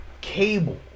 cable